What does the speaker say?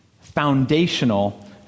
foundational